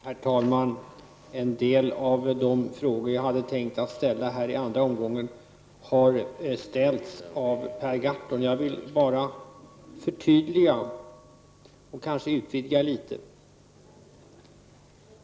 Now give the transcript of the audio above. Herr talman! En del av de frågor jag hade tänkt ställa i andra omgången har ställts av Per Gahrton. Jag vill bara förtydliga och kanske utvidga litet.